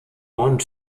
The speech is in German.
und